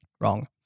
Wrong